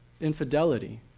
infidelity